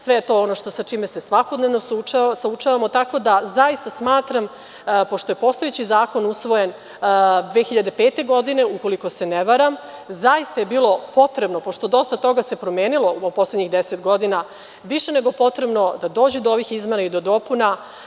Sve je to ono sa čime se svakodnevno suočavamo, tako da zaista smatram, pošto je postojeći zakon usvojen 2005. godine, ukoliko se ne varam, zaista je bilo potrebno, pošto se dosta toga promenilo u poslednjih 10 godina, više nego potrebno, da dođe do ovih izmena i dopuna.